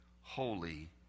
Holy